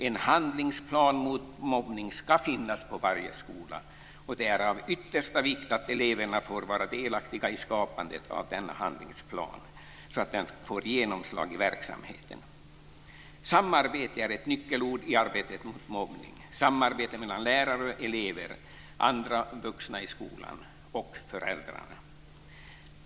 En handlingsplan mot mobbning ska finnas på varje skola, och det är av yttersta vikt att eleverna får vara delaktiga i skapandet av denna handlingsplan för att den ska få genomslag i verksamheten. Samarbete är ett nyckelord i arbetet mot mobbning - samarbete mellan lärare, elever, andra vuxna i skolan och föräldrarna.